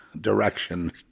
direction